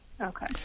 okay